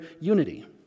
unity